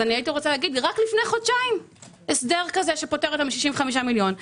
רק לפני חודשיים הסדר כזה שפוטר אותם, 65 מיליון.